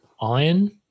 iron